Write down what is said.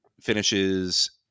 finishes